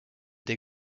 des